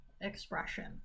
expression